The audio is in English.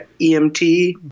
EMT